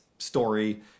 story